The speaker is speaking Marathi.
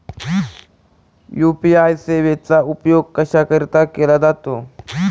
यू.पी.आय सेवेचा उपयोग कशाकरीता केला जातो?